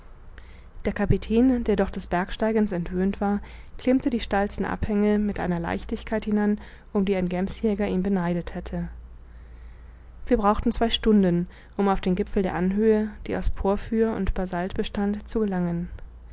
der kapitän der doch des bergsteigens entwöhnt war klimmte die steilsten abhänge mit einer leichtigkeit hinan um die ein gemsjäger ihn beneidet hätte wir brauchten zwei stunden um auf den gipfel der anhöhe die aus porphyr und basalt bestand zu gelangen